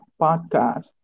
podcast